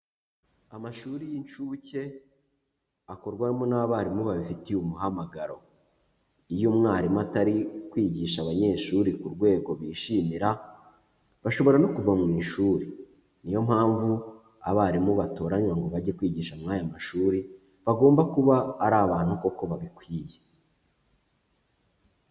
Amashuri y'incuke, akorwamo n'abarimu babifitiye umuhamagaro, iyo umwarimu atari kwigisha abanyeshuri ku rwego bishimira bashobora no kuva mu ishuri, niyo mpamvu abarimu batoranywa ngo bajye kwigisha muri aya mashuri bagomba kuba ari abantu koko babikwiye.